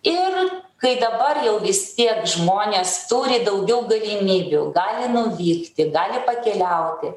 ir kai dabar jau vis tiek žmonės turi daugiau galimybių gali nuvykti gali pakeliauti